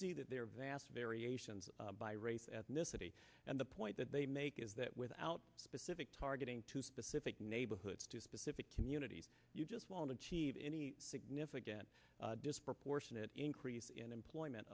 see that there are vast variations by race ethnicity and the point that they make is that without specific target to specific neighborhoods to specific communities you just want to achieve any significant disproportionate increase in employment